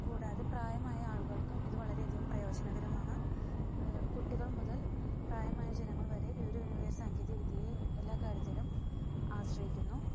കൂടാതെ പ്രായമായ ആളുകൾക്കും ഇത് വളരെയധികം പ്രയോജനകരമാണ് കുട്ടികൾ മുതൽ പ്രായമായ ജനങ്ങൾ വരെ വിവരവിനിമയ സാങ്കേതികവിദ്യയെ എല്ലാകാര്യത്തിനും ആശ്രയിക്കുന്നു